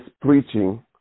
preaching